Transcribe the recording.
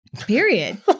Period